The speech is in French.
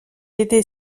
était